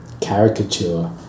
caricature